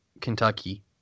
Kentucky